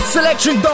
Selection